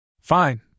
Fine